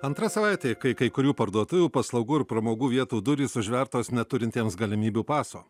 antra savaitė kai kai kurių parduotuvių paslaugų ir pramogų vietų durys užvertos neturintiems galimybių paso